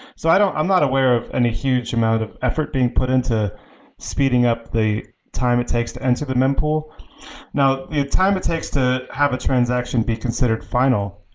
so and i'm not aware of any huge amount of effort being put into speeding up the time it takes to enter the mem-pool now, the time it takes to have a transaction be considered final,